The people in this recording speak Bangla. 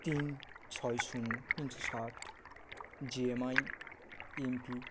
তিন ছয় শূন্য তিনশো ষাট J M I M P